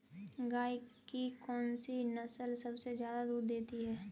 गाय की कौनसी नस्ल सबसे ज्यादा दूध देती है?